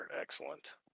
excellent